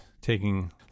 taking